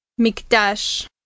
Mikdash